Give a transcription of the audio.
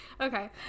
Okay